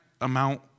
amount